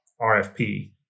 RFP